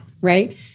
right